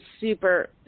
super